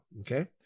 okay